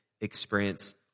experience